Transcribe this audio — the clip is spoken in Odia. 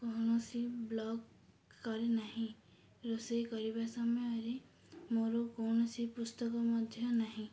କୌଣସି ବ୍ଲଗ୍ କରି ନାହିଁ ରୋଷେଇ କରିବା ସମୟରେ ମୋର କୌଣସି ପୁସ୍ତକ ମଧ୍ୟ ନାହିଁ